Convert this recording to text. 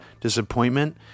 disappointment